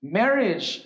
marriage